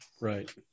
Right